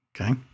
Okay